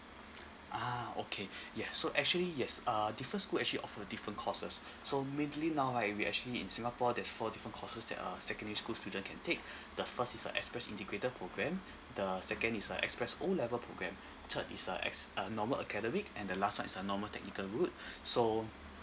ah okay yeah so actually yes uh different school actually offer different courses so mainly now right we actually in singapore there's four different courses that uh secondary school student can take the first is a express integrated program the second is a express O level program third is a ex~ uh normal academic and the last one is a normal technical route so